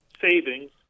savings